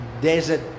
desert